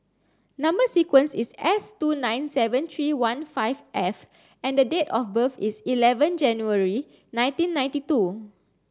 number sequence is S two nine seven three one five F and the date of birth is eleven January nineteen ninety two